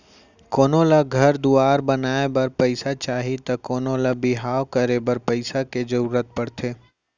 कोनो ल घर दुवार बनाए बर पइसा चाही त कोनों ल बर बिहाव करे बर पइसा के जरूरत परथे